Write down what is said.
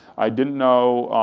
i didn't know.